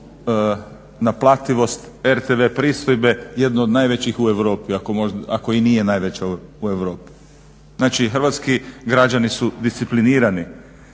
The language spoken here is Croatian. naplativost RTV pristojbe jedno od najvećih u Europi ako možda, ako i nije najveća u Europi. Znači Hrvatski građani su disciplinirano.